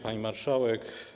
Pani Marszałek!